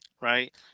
Right